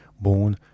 born